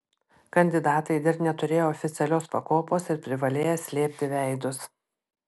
kandidatai dar neturėję oficialios pakopos ir privalėję slėpti veidus